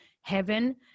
heaven